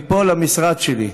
מפה למשרד שלי,